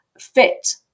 fit